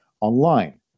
online